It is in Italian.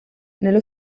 nello